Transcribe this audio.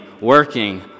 working